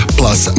plus